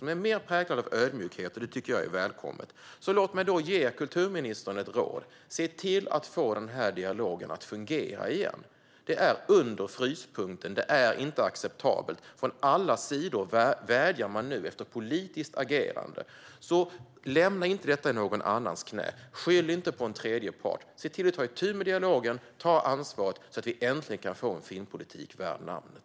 De är mer präglade av ödmjukhet, och det är välkommet. Låt mig då ge kulturministern ett råd: Se till att få den här dialogen att fungera igen. Det är under fryspunkten nu. Det är inte acceptabelt. Från alla sidor vädjar man nu om politiskt agerande, så lämna inte detta i någon annans knä och skyll inte på en tredje part. Se till att ta itu med dialogen och ta ansvaret så att vi äntligen kan få en filmpolitik värd namnet.